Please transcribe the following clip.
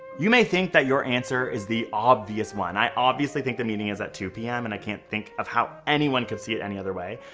you may think that your answer is the obvious one. i obviously think the meeting is at two zero p m, and i can't think of how anyone could see it any other way,